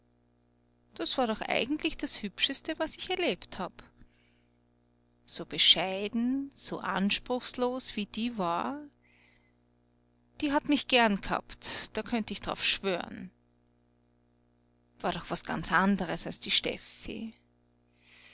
das war doch eigentlich das hübscheste was ich erlebt hab so bescheiden so anspruchslos wie die war die hat mich gern gehabt da könnt ich d'rauf schwören war doch was ganz anderes als die steffi